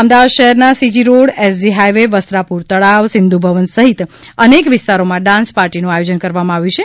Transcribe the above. અમદાવાદ શહેરના CG road SG highway Vastrapur તળાવ સિંધુભવન સહિત અનેક વિસ્તારોમાં ડાન્સ પાર્ટીનુ આયોજન કરવામાં આવ્યુ છે